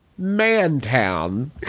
Mantown